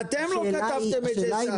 ואתם לא כתבתם את זה שם.